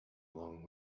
along